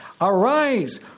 Arise